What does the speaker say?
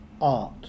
art